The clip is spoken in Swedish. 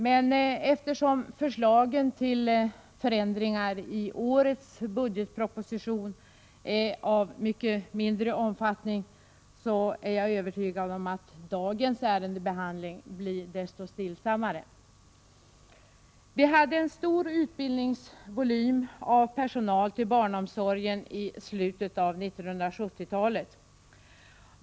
Men eftersom förslagen till förändringar i årets budgetproposition är av mycket mindre omfattning, är jag övertygad om att dagens ärendebehandling blir desto stillsammare. Vi hade en stor utbildningsvolym av personal till barnomsorgen i slutet av 1970-talet.